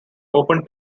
open